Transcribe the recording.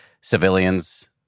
civilians